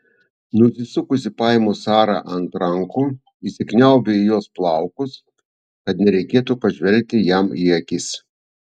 nusisukusi paimu sarą ant rankų įsikniaubiu į jos plaukus kad nereikėtų pažvelgti jam į akis